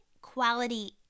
quality